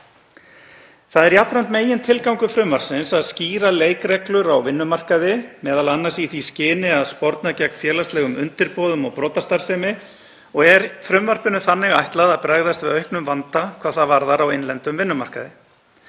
Það er jafnframt megintilgangur frumvarpsins að skýra leikreglur á vinnumarkaði, m.a. í því skyni að sporna gegn félagslegum undirboðum og brotastarfsemi og er frumvarpinu þannig ætlað að bregðast við auknum vanda hvað það varðar á innlendum vinnumarkaði.